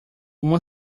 uma